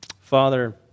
Father